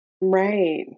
Right